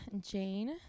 Jane